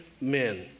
men